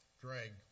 drag